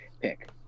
pick